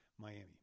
Miami